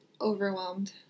overwhelmed